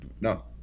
No